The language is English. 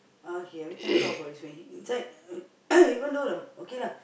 uh he everytime talk about this when he inside even though the okay lah